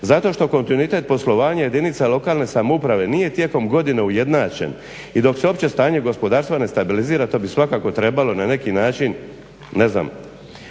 zato što kontinuitet poslovanja jedinica lokalne samouprave nije tijekom godina ujednačen. I dok se opće stanje gospodarstva ne stabilizira to bi svakako trebalo na neki način ne znam